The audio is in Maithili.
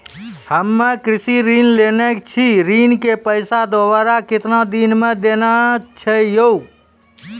हम्मे कृषि ऋण लेने छी ऋण के पैसा दोबारा कितना दिन मे देना छै यो?